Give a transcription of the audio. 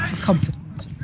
Confident